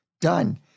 done